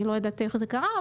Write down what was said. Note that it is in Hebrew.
אני לא יודעת איך זה קרה,